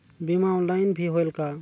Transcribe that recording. बीमा ऑनलाइन भी होयल का?